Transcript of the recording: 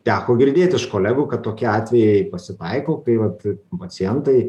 teko girdėt iš kolegų kad tokie atvejai pasitaiko kai vat pacientai